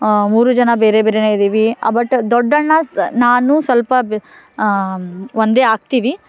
ಮೂರು ಜನ ಬೇರೆ ಬೇರೆಯೇ ಇದ್ದೀವಿ ಬಟ್ ದೊಡ್ಡಣ್ಣ ಸ್ ನಾನು ಸ್ವಲ್ಪ ಬೆ ಒಂದೇ ಆಗ್ತೀವಿ